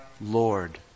Lord